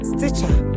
Stitcher